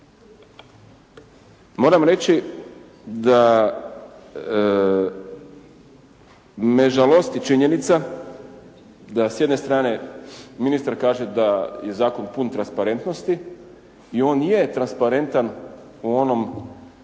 Moram reći da me žalosti činjenica da s jedne strane ministar kaže da je zakon pun transparentnosti i on je transparentan u onom